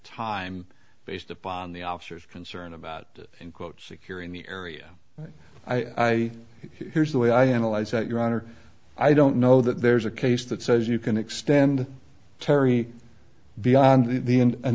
time based upon the officers concerned about in quote securing the area i here's the way i analyze that your honor i don't know that there's a case that says you can extend terry beyond the